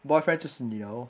boyfriend 就是你了 lor